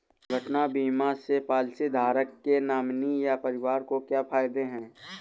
दुर्घटना बीमा से पॉलिसीधारक के नॉमिनी या परिवार को क्या फायदे हैं?